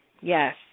Yes